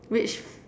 which